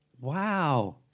Wow